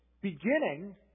beginning